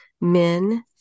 men